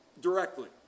directly